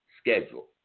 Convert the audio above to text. schedule